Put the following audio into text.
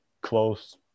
close